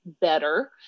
better